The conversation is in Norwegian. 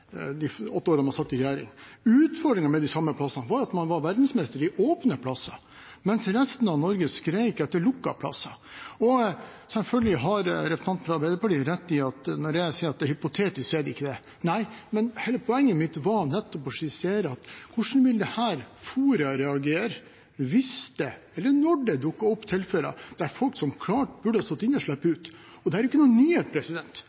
åpne plasser, mens resten av Norge skrek etter lukkede plasser. Selvfølgelig har representanten fra Arbeiderpartiet rett i at når jeg sier at det er hypotetisk, så er det ikke det. Men poenget mitt var nettopp å skissere hvordan dette forumet ville reagere hvis – eller når – det dukket opp tilfeller der folk som burde sitte inne, slapp ut. Det er ikke noen nyhet.